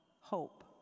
hope